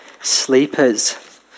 sleepers